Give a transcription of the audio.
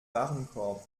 warenkorb